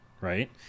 right